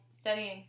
studying